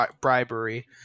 bribery